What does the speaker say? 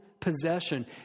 possession